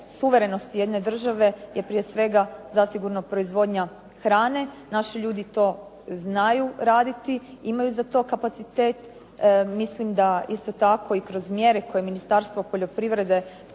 suverenosti jedne države je prije svega zasigurno proizvodnja hrane. Naši ljudi znaju to raditi, imaju za to kapacitet. Mislim tako da i kroz mjere koje Ministarstvo poljoprivrede provodi